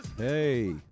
Hey